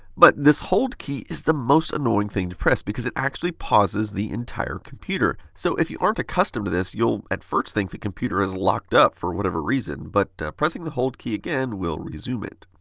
but this hold key, is the most annoying thing to press because it actually pauses the entire computer. so, if you aren't accustomed to this, you will at first think the computer has locked up for whatever reason, but pressing the hold key again will resume it.